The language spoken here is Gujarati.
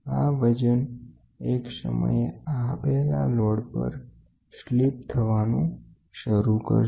આ વજન એક સમયે આપેલા લોડ પર સરકવાનું શરૃ કરશે